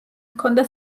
ჰქონდა